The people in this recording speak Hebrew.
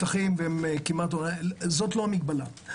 זאת לא המגבלה.